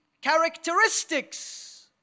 characteristics